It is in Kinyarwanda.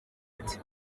ati